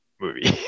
movie